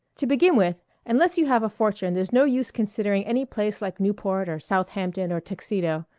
to begin with, unless you have a fortune there's no use considering any place like newport or southhampton or tuxedo.